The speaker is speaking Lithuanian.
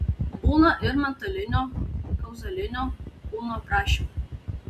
būna ir mentalinio kauzalinio kūnų aprašymų